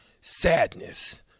Sadness